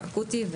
אקוטי,